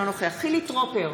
אינו נוכח חילי טרופר,